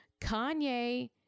Kanye